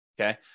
okay